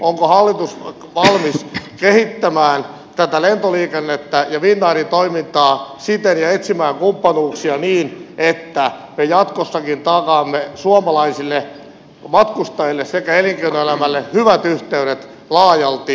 onko hallitus valmis kehittämään tätä lentoliikennettä ja finnairin toimintaa ja etsimään kumppanuuksia niin että me jatkossakin takaamme suomalaisille matkustajille sekä elinkeinoelämälle hyvät yhteydet laajalti eurooppaan ja maailmalle